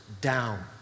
down